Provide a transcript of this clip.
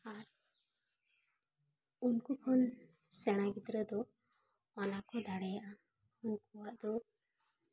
ᱟᱨ ᱩᱱᱠᱩ ᱠᱷᱚᱱ ᱥᱮᱬᱟ ᱜᱤᱫᱽᱨᱟᱹ ᱫᱚ ᱚᱱᱟ ᱠᱚ ᱫᱟᱲᱮᱭᱟᱜᱼᱟ ᱩᱱᱠᱩᱣᱟᱜ ᱫᱚ